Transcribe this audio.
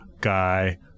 guy